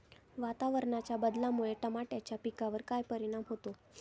वातावरणाच्या बदलामुळे टमाट्याच्या पिकावर काय परिणाम होतो?